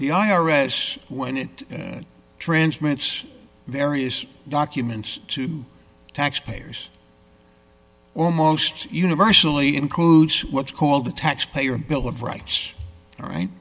the i r s when it transmits various documents to taxpayers almost universally includes what's called the taxpayer bill of rights right